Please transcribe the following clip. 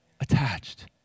attached